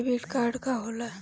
Debit card का होला?